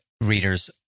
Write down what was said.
readers